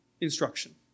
instruction